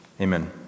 Amen